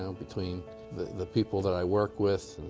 um between the the people that i work with,